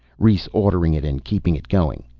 rhes ordering it and keeping it going.